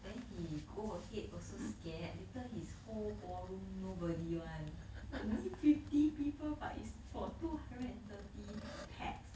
then he go ahead also scared later his whole ballroom nobody one !wah! nearly fifty people but it's for two hundred and thirty pax